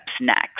next